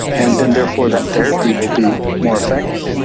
and then therefore that therapy will be more effective.